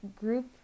group